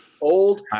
Old